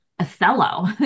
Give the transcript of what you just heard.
Othello